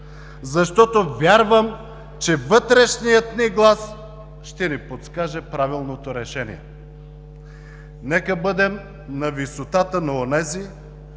защото вярвам, че вътрешният ни глас ще ни подскаже правилното решение. Нека бъдем на висотата на онези,